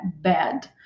bad